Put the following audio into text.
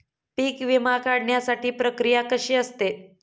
पीक विमा काढण्याची प्रक्रिया कशी असते?